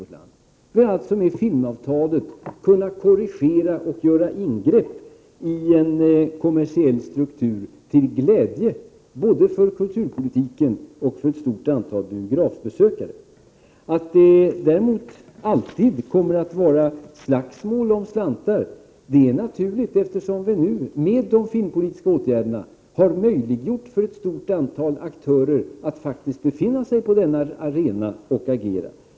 Vi har alltså med filmavtalet kunnat korrigera och göra ingrepp i en kommersiell struktur, till glädje både för kulturpolitiken och för ett stort antal biografbesökare. Däremot är det naturligt att det alltid kommer att vara slagsmål om slantarna, eftersom vi nu med de filmpolitiska åtgärderna har möjliggjort för ett stort antal aktörer att faktiskt befinna sig på denna arena och agera.